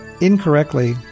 incorrectly